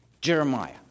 Jeremiah